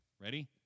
ready